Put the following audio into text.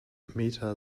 meta